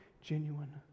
genuine